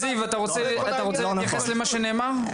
זיו, אתה רוצה להתייחס למה שנאמר?